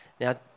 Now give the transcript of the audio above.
Now